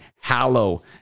Hallow